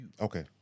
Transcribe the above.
Okay